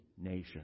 nation